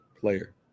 player